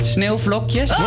Sneeuwvlokjes